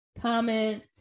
comment